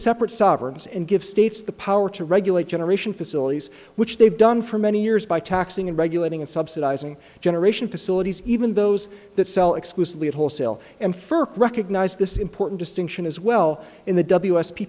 separate sovereigns and give states the power to regulate generation facilities which they've done for many years by taxing and regulating and subsidizing generation facilities even those that sell exclusively at wholesale and ferk recognize this important distinction as well in the w s p